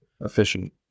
efficient